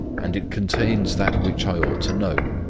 and it contains that which i ought to know,